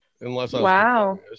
Wow